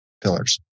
pillars